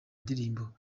ndirimbo